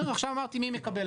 לא, עכשיו אמרתי מי מקבל.